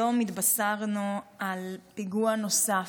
היום התבשרנו על פיגוע נוסף,